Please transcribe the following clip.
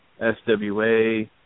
SWA